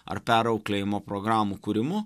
ar perauklėjimo programų kūrimu